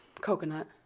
coconut